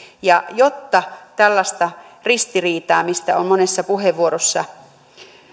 jotta tällaisia ristiriitoja mistä on monessa puheenvuorossa